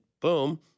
boom